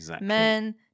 men